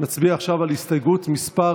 נצביע עכשיו על הסתייגות מס'